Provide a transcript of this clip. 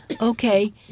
Okay